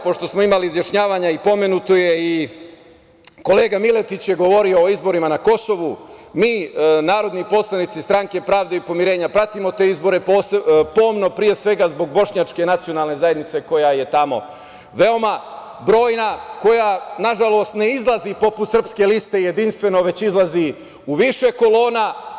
Pošto smo imali izjašnjavanja i kolega Miletić je govorio o izborima na Kosovu, mi narodni poslanici Stranke pravde i pomirenja pratimo te izbore pomno, pre svega zbog Bošnjačke nacionalne zajednice koja je tamo veoma brojna, koja nažalost ne izlazi, poput Srpske liste, jedinstveno, već izlazi u više kolona.